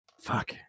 Fuck